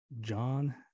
john